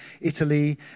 Italy